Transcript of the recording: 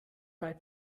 bei